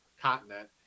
continent